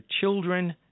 children